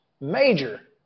major